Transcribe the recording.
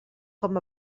com